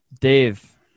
Dave